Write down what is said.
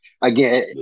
again